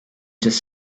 just